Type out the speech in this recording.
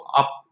up